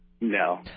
No